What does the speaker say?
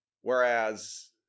Whereas